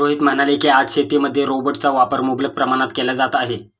रोहित म्हणाले की, आज शेतीमध्ये रोबोटचा वापर मुबलक प्रमाणात केला जात आहे